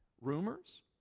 rumors